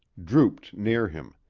drooped near him.